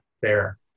fair